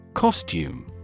Costume